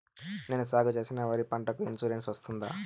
నేను సాగు చేసిన వరి పంటకు ఇన్సూరెన్సు వస్తుందా?